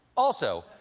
also,